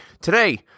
Today